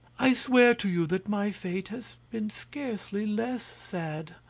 i swear to you that my fate has been scarcely less sad.